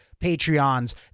Patreons